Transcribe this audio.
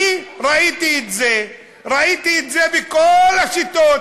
אני ראיתי את זה, ראיתי את זה בכל השיטות